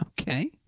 Okay